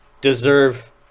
deserve